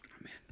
Amen